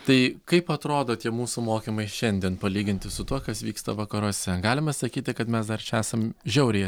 tai kaip atrodo tie mūsų mokymai šiandien palyginti su tuo kas vyksta vakaruose galima sakyti kad mes dar čia esam žiauriai